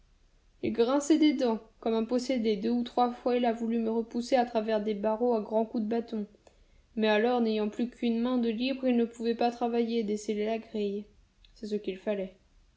il grinçait des dents comme un possédé deux ou trois fois il a voulu me repousser à travers les barreaux à grands coups de bâton mais alors n'ayant plus qu'une main de libre il ne pouvait pas travailler et desceller la grille c'est ce qu'il fallait